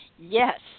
Yes